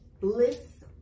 bliss